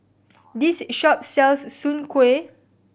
this shop sells Soon Kueh